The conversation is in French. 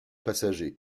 passagers